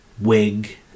wig